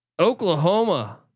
Oklahoma